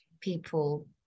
people